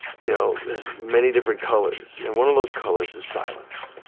you know is many different colours and one of those colours is silence,